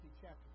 chapter